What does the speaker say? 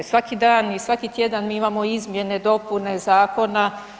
Svaki dan i svaki tjedan mi imamo izmjene, dopune zakona.